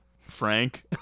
Frank